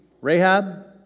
Rahab